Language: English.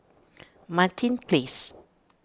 Martin Place